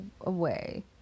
away